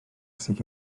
sydd